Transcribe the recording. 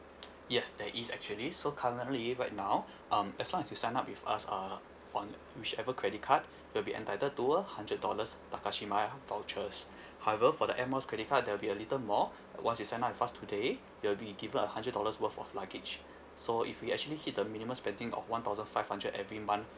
yes there is actually so currently right now um as long as you sign up with us uh on whichever credit card you'll be entitled to a hundred dollars Takashimaya vouchers however for the Air Miles credit card there'll be a little more once you sign up with us today you'll be given a hundred dollars worth of luggage so if you actually hit the minimum spending of one thousand five hundred every month